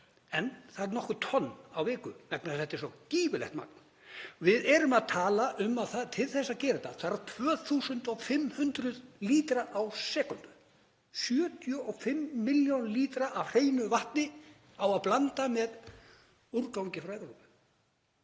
en það eru nokkur tonn á viku vegna þess að þetta er svo gífurlegt magn. Við erum að tala um að til þess að gera þetta þarf 2.500 lítra á sekúndu, 75 milljón lítra af hreinu vatni á að blanda með úrgangi frá Evrópu.